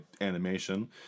animation